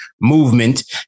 movement